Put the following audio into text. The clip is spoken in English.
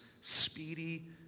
speedy